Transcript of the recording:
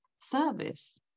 service